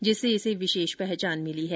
जिससे इसे विशेष पहचान मिली है